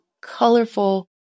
colorful